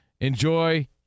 Enjoy